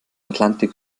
atlantik